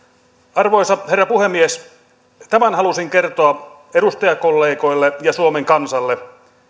arvoisa herra puhemies tämän halusin kertoa edustajakollegoille ja suomen kansalle